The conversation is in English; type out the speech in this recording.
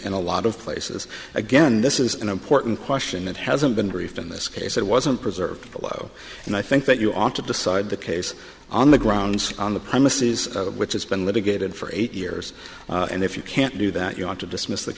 and a lot of places again this is an important question that hasn't been briefed in this case it wasn't preserved below and i think that you ought to decide the case on the grounds on the premises of which it's been litigated for eight years and if you can't do that you want to dismiss th